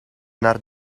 naar